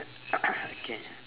K